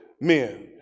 men